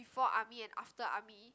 before army and after army